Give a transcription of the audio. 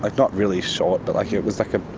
like not really short, but like yeah it was like a